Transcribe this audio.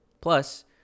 Plus